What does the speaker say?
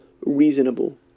reasonable